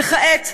וכעת,